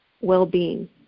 well-being